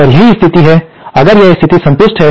और यही स्थिति है अगर यह स्थिति संतुष्ट है